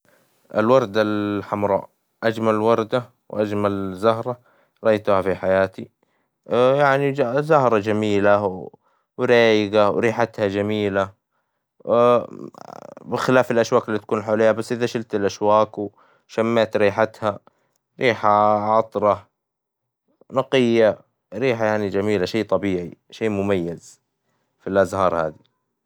الوردة الحمراء أجمل وردة وأجمل زهرة رأيتها في حياتي، يعني زهرة جميلة ورايجة وريحتها جميلة، بخلاف الأشواك اللي تكون حواليها بس إذا شلت الأشواك وشميت ريحتها، ريحة عطرة نقية ريحة يعني جميلة شي طبيعي شي مميز في الأزهار هذي.